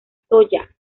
soja